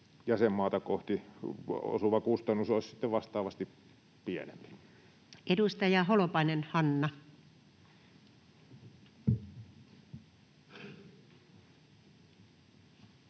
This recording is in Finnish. jäsenmaata kohti osuva kustannus olisi sitten vastaavasti pienempi? Edustaja Holopainen, Hanna.